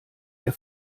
ihr